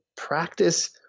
practice